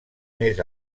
més